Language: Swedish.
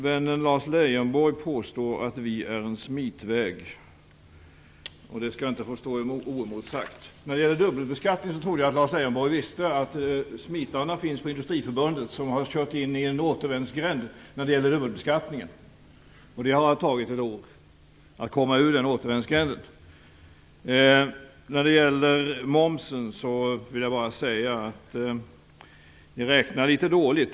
Vännen Lars Leijonborg påstår att vi står för en smitväg, och det skall inte få stå oemotsagt. När det gäller dubbelbeskattningen trodde jag att Lars Leijonborg visste att smitarna finns på Industriförbundet, som har kört in i en återvändsgränd i den frågan. Det har tagit ett år att komma ut ur den återvändsgränden. När det gäller momsen vill jag bara säga att ni räknar litet dåligt.